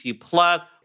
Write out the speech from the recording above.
Plus